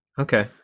Okay